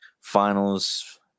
finals